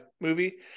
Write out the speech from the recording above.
movie